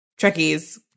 Trekkies